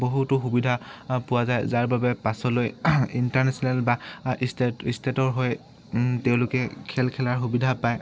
বহুতো সুবিধা পোৱা যায় যাৰ বাবে পাছলৈ ইণ্টাৰনেশ্যনেল বা ষ্টেট ষ্টেটৰ হৈ তেওঁলোকে খেল খেলাৰ সুবিধা পায়